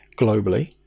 globally